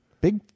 Big